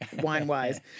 wine-wise